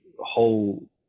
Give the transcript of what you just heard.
whole